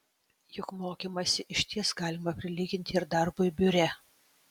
juk mokymąsi išties galima prilyginti ir darbui biure